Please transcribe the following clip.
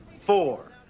four